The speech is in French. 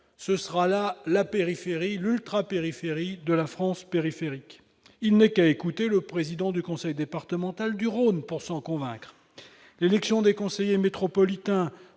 ne serait plus que l'ultra-périphérie de la France périphérique ! Il suffit d'écouter le président du conseil départemental du Rhône pour s'en convaincre. L'élection des conseillers métropolitains